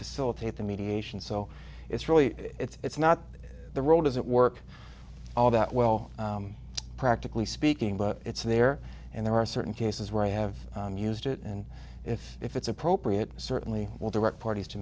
facilitate the mediation so it's really it's not the role does it work all that well practically speaking but it's there and there are certain cases where i have used it and if if it's appropriate certainly will direct parties to